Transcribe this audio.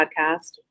podcast